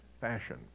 fashion